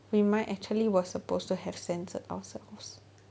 we might actually were supposed to have censored ourselves